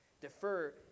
Defer